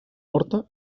horta